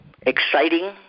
exciting